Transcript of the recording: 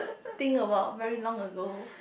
think about very long ago